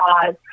cause